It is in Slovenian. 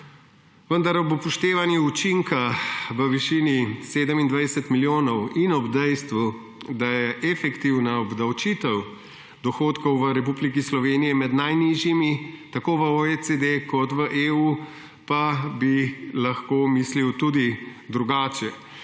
pa bi ob upoštevanju učinka v višini 27 milijonov in ob dejstvu, da je efektivna obdavčitev dohodkov v Republiki Sloveniji med najnižjimi tako v OECD kot v EU, lahko mislil tudi drugače.